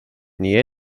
nii